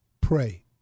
pray